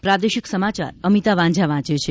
પ્રાદેશિક સમાચાર અમિતા વાંઝા વાંચે છે